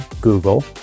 Google